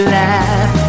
laugh